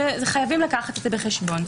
חייבים לקחת את זה בחשבון.